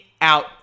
out